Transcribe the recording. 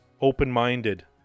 open-minded